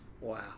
Wow